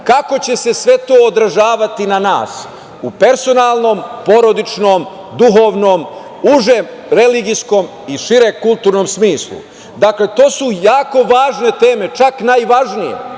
kako će se sve to održavati na nas u personalnom, porodičnom, duhovnom, uže religijskom i šire kulturnom smislu. Dakle, to su jako važne teme, čak najvažnije. Drugi